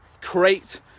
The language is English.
create